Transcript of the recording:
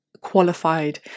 qualified